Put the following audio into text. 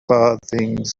farthing